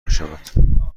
میشود